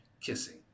kissing